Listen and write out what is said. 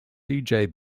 benson